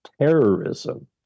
terrorism